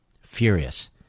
Furious